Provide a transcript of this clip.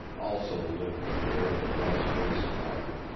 also the look of fair and well-spaced type.